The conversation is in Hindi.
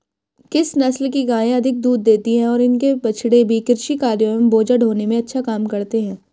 किस नस्ल की गायें अधिक दूध देती हैं और इनके बछड़े भी कृषि कार्यों एवं बोझा ढोने में अच्छा काम करते हैं?